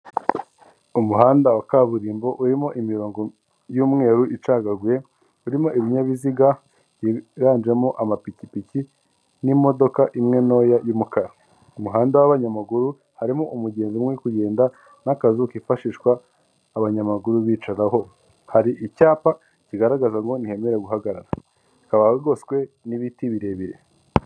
Umuhanda wa kaburimbo urimo imirongo y'umweru icagaguye, urimo ibinyabiziga byiganjemo amapikipiki n'imodoka imwe ntoya y'umukara, umuhanda w'abanyamaguru harimo umugenzi umwe uri kugenda n'akazu kifashishwa abanyamaguru bicagaho, hari icyapa kigaragaza ko ntihemerewe guhagarara hakaba hagoswe n'ibiti birebire.